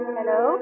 Hello